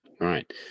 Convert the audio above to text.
right